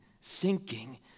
sinking